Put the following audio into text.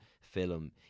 film